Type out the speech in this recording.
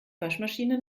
waschmaschine